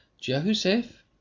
Joseph